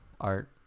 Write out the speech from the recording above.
art